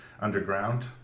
underground